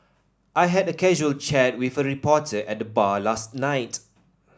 I had a casual chat with a reporter at the bar last night